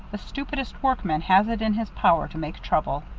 the stupidest workman has it in his power to make trouble.